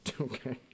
Okay